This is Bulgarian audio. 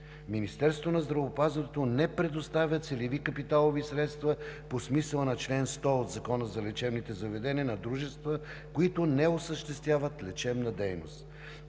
Министерството на здравеопазването не предоставя целеви капиталови средства по смисъла на чл. 100 от Закона за лечебните заведения на дружества, които не осъществяват лечебна дейност.